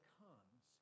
comes